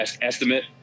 estimate